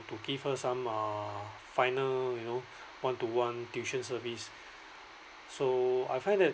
to give her some uh final you know one to one tuition service so I find that